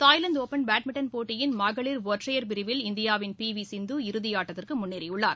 தாய்வாந்து open badminton போட்டியின் மகளிர் ஒற்றையர் பிரிவில் இந்தியாவின் பி வி சிந்து இறுதியாட்டத்திற்கு முன்னேறியுள்ளார்